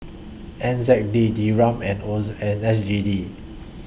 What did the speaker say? N Z D Dirham and was and S G D